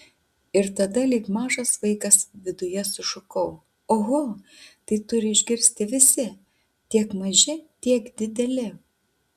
ir tada lyg mažas vaikas viduje sušukau oho tai turi išgirsti visi tiek maži tiek dideli